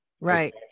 Right